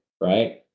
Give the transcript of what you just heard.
right